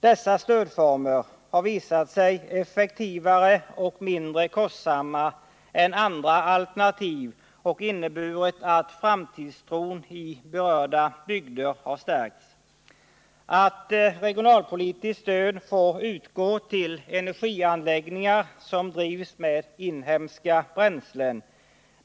Dessa stödformer har visat sig effektivare och mindre kostsamma än andra alternativ och har inneburit att framtidstron i berörda bygder stärkts, att regionalpolitiskt stöd får utgå till energianläggningar som drivs med inhemska bränslen.